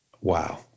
Wow